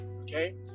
Okay